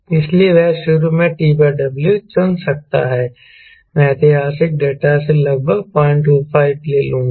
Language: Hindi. इसलिए वह शुरू में TW चुन सकता है मैं ऐतिहासिक डेटा से लगभग 025 ले लूंगा